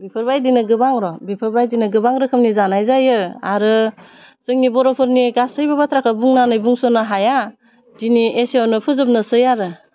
बेफोरबायदिनो गोबां र' बिफोरबायदिनो गोबां रोखोमनि जानाय जायो आरो जोंनि बर'फोरनि गासैबो बाथ्राखौ बुंनानै बुंस'नो हाया दिनै एसेआवनो फोजोबनोसै आरो